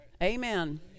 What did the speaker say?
amen